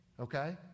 okay